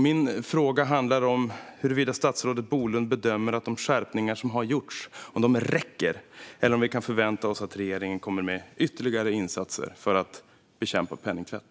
Min fråga handlar om huruvida statsrådet Bolund bedömer att de skärpningar som har gjorts räcker eller om vi kan förvänta oss att regeringen kommer med ytterligare insatser för att bekämpa penningtvätt.